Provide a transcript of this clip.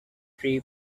three